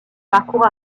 parcours